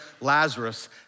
Lazarus